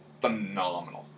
phenomenal